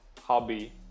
hobby